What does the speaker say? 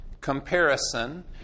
Comparison